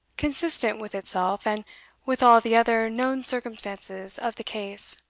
consistent with itself, and with all the other known circumstances of the case.